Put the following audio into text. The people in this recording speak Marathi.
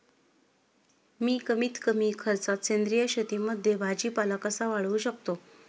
मी कमीत कमी खर्चात सेंद्रिय शेतीमध्ये भाजीपाला कसा वाढवू शकतो?